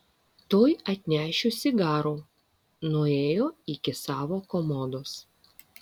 tuoj atnešiu cigarų nuėjo iki savo komodos